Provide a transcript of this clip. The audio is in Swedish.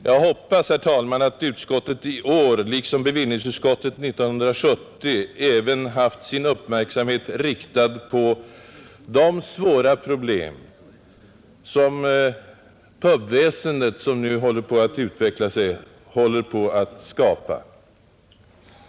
Jag hoppas, herr talman, att utskottet i år liksom bevillningsutskottet 1970 även haft sin uppmärksamhet riktad på de svåra problem som pubväsendet, som nu håller på att utveckla sig, är i färd med att skapa.